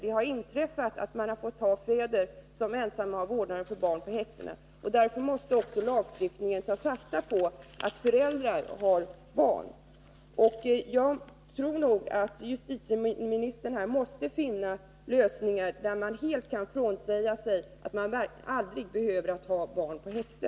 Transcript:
Det har inträffat att man har fått ha fäder, som varit ensamma vårdnadshavare för barn, i häktena. Därför måste lagstiftningen ta fasta på situationen för både föräldrar och barn. Jag menar att justitieministern måste försöka finna lösningar som innebär att man helt frånsäger sig möjligheten att förvara barn i häkte.